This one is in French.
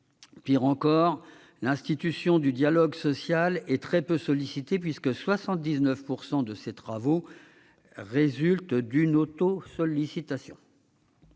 Pire encore, l'institution du dialogue social est très peu sollicitée, 79 % de ses travaux résultant d'une autosollicitation.